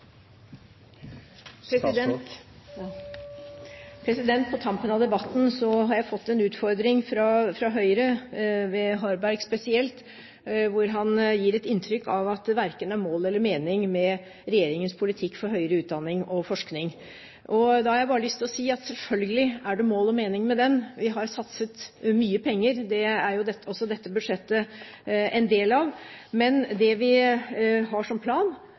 På tampen av debatten har jeg fått en utfordring fra Høyre ved Harberg spesielt, hvor han gir et inntrykk av at det verken er mål eller mening med regjeringens politikk for høyere utdanning og forskning. Da har jeg bare lyst til å si at selvfølgelig er det mål og mening med den, vi har satset mye penger, det er jo også dette budsjettet en del av. Men det vi har som plan,